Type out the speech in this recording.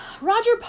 roger